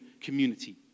community